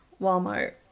Walmart